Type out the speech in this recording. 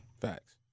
Facts